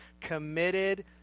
committed